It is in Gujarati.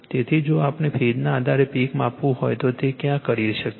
તેથી જો આપણે ફેઝના આધારે પીક માપવું હોય તો તે ક્યાં કરી શકીએ